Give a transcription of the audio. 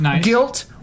guilt